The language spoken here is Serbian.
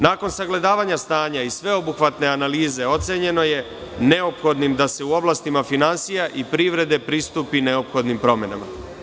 Nakon sagledavanja stanja i sveobuhvatne analize ocenjeno je neophodnim da se u oblastima finansija i privrede pristupi neophodnih promenama.